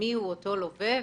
מי הוא אותו לווה,